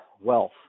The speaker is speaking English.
wealth